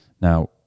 Now